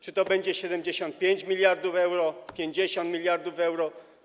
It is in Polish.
Czy to będzie 75 mld euro, 50 mld euro?